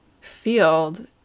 field